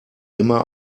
immer